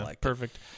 Perfect